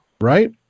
Right